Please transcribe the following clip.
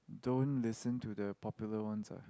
don't listen to the popular ones ah